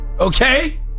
Okay